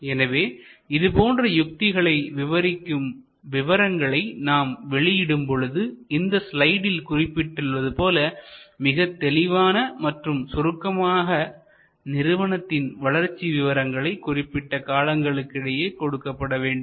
எனவே இதுபோன்ற யுத்திகளை விவரிக்கும் விவரங்களை நாம் வெளியிடும் பொழுது இந்த ஸ்லைடில் குறிப்பிடப்பட்டுள்ளது போல மிகத் தெளிவான மற்றும் சுருக்கமான நிறுவனத்தின் வளர்ச்சி விவரங்கள் குறிப்பிட்ட காலங்களுக்கு இடையே கொடுக்கப்பட வேண்டும்